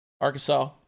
Arkansas